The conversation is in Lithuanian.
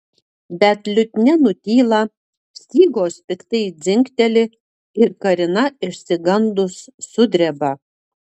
bet liutnia nutyla stygos piktai dzingteli ir karina išsigandus sudreba